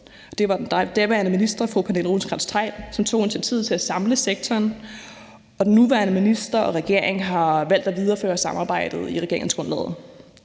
Det var den daværende minister fru Pernille Rosenkrantz-Theil, som tog initiativet til at samle sektoren, og den nuværende minister og regeringen har valgt at videreføre samarbejdet i regeringsgrundlaget.